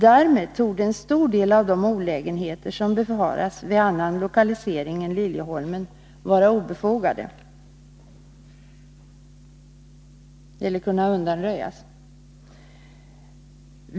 Därmed torde en stor del av de olägenheter som befaras vid annan lokalisering än Liljeholmen kunna undanröjas.